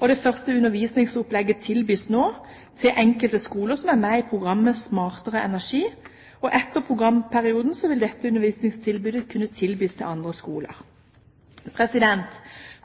og det første undervisningsopplegget tilbys nå til enkelte skoler som er med i programmet SMARTere energi. Etter programperioden vil dette undervisningsprogrammet kunne tilbys til andre skoler.